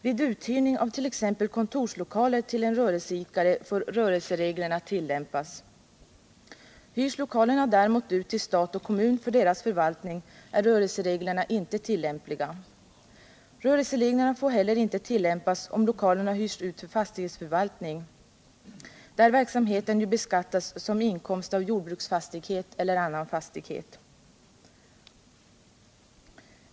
Vid uthyrning av t.ex. kontorslokaler till en rörelseidkare får rörelsereglerna tillämpas. Hyrs lokalerna däremot ut till stat eller kommun för deras förvaltning är rörelsereglerna inte tillämpliga. Rörelsereglerna får heller inte tillämpas om lokalerna hyrs ut för fastighetsförvaltning, då verksamheten ju beskattas som inkomst av jordbruksfastighet eller annan fastighet.